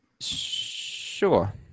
sure